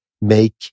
make